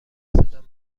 صدا